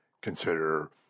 consider